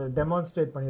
demonstrate